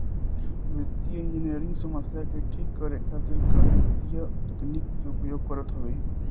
वित्तीय इंजनियरिंग समस्या के ठीक करे खातिर गणितीय तकनीकी के उपयोग करत हवे